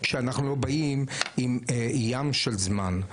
כשאנחנו באים עם ים של זמן.